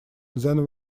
then